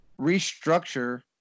restructure